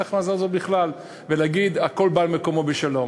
ההכרזה הזאת בכלל ולהגיד: הכול בא על מקומו בשלום.